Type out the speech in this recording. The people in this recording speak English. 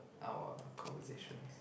our conversations